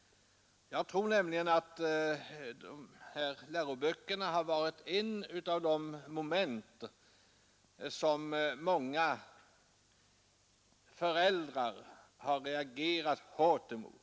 Jag tror att just läroböckerna varit ett av de moment som många föräldrar har reagerat hårt emot.